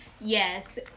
yes